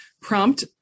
prompt